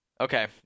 okay